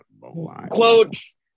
Quotes